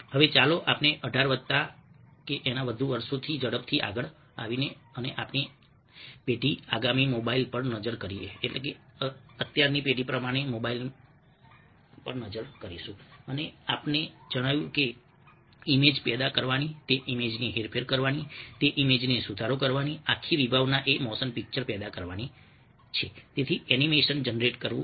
હવે ચાલો આપણે 18 વત્તા વર્ષોથી ઝડપથી આગળ આવીએ અને આપણી પેઢી આગામી મોબાઈલ પર નજર કરીએ અને આપણને જણાયું કે ઈમેજ પેદા કરવાની તે ઈમેજની હેરફેર કરવાની તે ઈમેજને સુધારો કરવાની આખી વિભાવના એ મોશન પિક્ચર પેદા કરવાની છે તેથી એનિમેશન જનરેટ કરવું